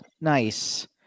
nice